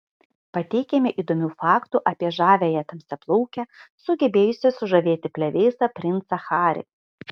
pateikiame įdomių faktų apie žaviąją tamsiaplaukę sugebėjusią sužavėti plevėsą princą harry